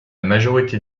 majorité